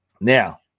Now